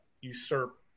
usurp